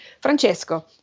Francesco